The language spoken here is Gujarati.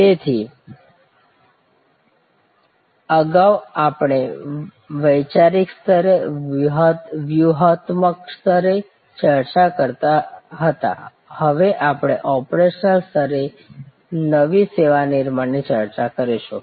તેથી અગાઉ આપણે વૈચારિક સ્તરે વ્યૂહાત્મક સ્તરે ચર્ચા કરતા હતા હવે આપણે ઓપરેશનલ સ્તરે નવી સેવા નિર્માણની ચર્ચા કરીશું